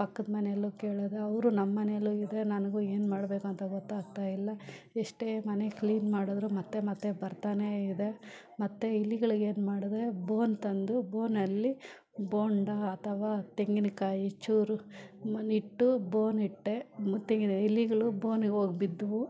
ಪಕ್ಕದ ಮನೆಯಲ್ಲೋಗಿ ಕೇಳಿದ್ರೆ ಅವರು ನಮ್ಮಮನೆಯಲ್ಲೂ ಇದೆ ನನಗೂ ಏನು ಮಾಡಬೇಕಂತ ಗೊತ್ತಾಗ್ತಾಯಿಲ್ಲ ಎಷ್ಟೇ ಮನೆ ಕ್ಲೀನ್ ಮಾಡಿದ್ರು ಮತ್ತು ಮತ್ತು ಬರ್ತಾನೇ ಇದೆ ಮತ್ತು ಇಲಿಗಳಿಗೆ ಏನು ಮಾಡಿದೆ ಬೋನು ತಂದು ಬೋನಲ್ಲಿ ಬೊಂಡಾ ಅಥವಾ ತೆಂಗಿನಕಾಯಿ ಚೂರು ಮ್ ಇಟ್ಟು ಬೋನಿಟ್ಟೆ ಮತ್ತು ಇಲಿಗಳು ಬೋನಿಗೋಗಿ ಬಿದ್ವು